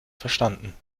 verstanden